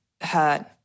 hurt